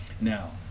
now